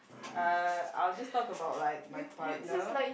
uh I'll just talk about like my partner